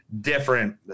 different